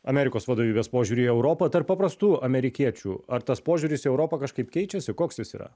amerikos vadovybės požiūrį į europą tarp paprastų amerikiečių ar tas požiūris į europą kažkaip keičiasi koks jis yra